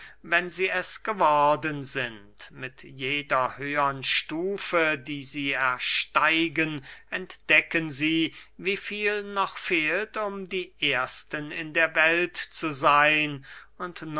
wenn sie es geworden sind mit jeder höhern stufe die sie ersteigen entdecken sie wie viel noch fehlt um die ersten in der welt zu seyn und